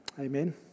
Amen